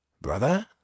BROTHER